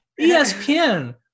ESPN